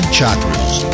Chakras